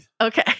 Okay